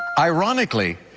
ironically,